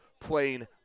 playing